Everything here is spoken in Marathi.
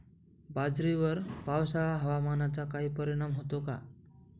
बाजरीवर पावसाळा हवामानाचा काही परिणाम होतो का?